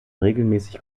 regelmäßig